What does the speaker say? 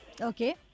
Okay